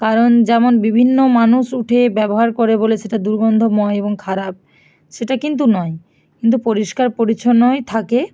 কারণ যেমন বিভিন্ন মানুষ উঠে ব্যবহার করে বলে সেটা দুর্গন্ধময় এবং খারাপ সেটা কিন্তু নয় কিন্তু পরিষ্কার পরিচ্ছন্নই থাকে